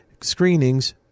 screenings